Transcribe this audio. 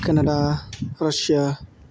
Canada Russia